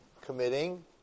committing